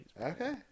Okay